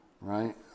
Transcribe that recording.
right